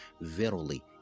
verily